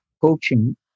coaching